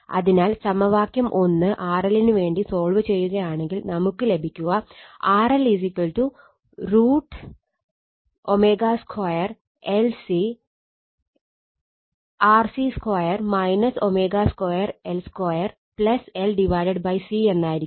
അതിനാൽ സമവാക്യം RL നു വേണ്ടി സോൾവ് ചെയ്യുകയാണെങ്കിൽ നമുക്ക് ലഭിക്കുക RL √ω2 LC RC2 ω2 L2 LC എന്നായിരിക്കും